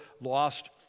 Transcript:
lost